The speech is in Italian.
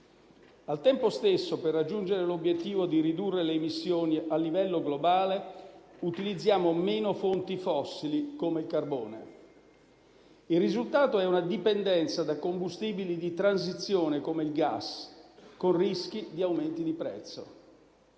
Al tempo stesso, per raggiungere l'obiettivo di ridurre le emissioni a livello globale utilizziamo meno fonti fossili, come il carbone. Il risultato è una dipendenza dai combustibili di transizione, come il gas, con rischi di aumento dei prezzi.